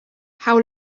how